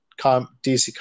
DC